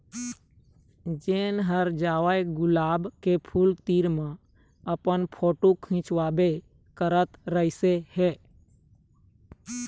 जेन ह जावय गुलाब के फूल तीर म अपन फोटू खिंचवाबे करत रहिस हे